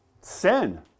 sin